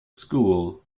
school